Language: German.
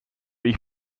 ich